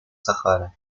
сахаре